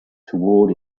toward